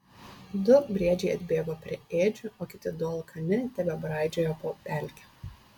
du briedžiai atbėgo prie ėdžių o kiti du alkani tebebraidžiojo po pelkę